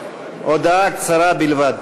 הודעה קצרה בלבד.